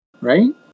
right